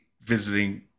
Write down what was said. visiting